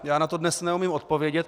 Já na to dnes neumím odpovědět.